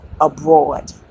abroad